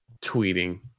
Tweeting